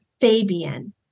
Fabian